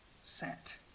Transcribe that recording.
set